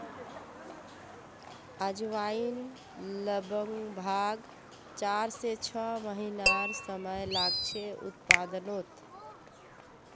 अजवाईन लग्ब्भाग चार से छः महिनार समय लागछे उत्पादनोत